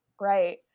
Right